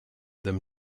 them